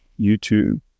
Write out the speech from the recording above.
YouTube